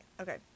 Okay